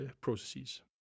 processes